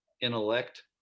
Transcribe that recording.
intellect